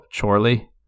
Chorley